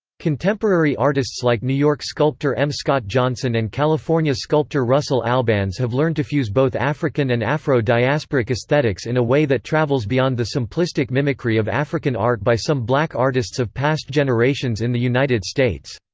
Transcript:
contemporary artists like new york sculptor m. scott johnson and california sculptor russel albans have learned to fuse both african and afro-diasporic aesthetics in a way that travels beyond the simplistic mimicry of african art by some black artists of past generations in the united states.